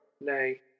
nay